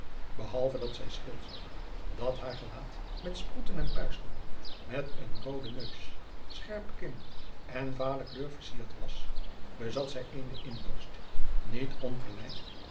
behalve dat zij scheel zag dat haar gelaat met sproeten en puisten met een rooden neus scherpen kin en vale kleur vercierd was bezat zij eene inborst niet ongelijk